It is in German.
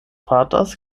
vaters